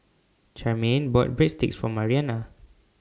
Charmaine bought Breadsticks For Marianna